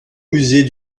musées